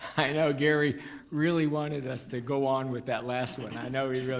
i know gary really wanted us to go on with that last one, i know he really